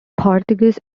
portuguese